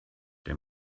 der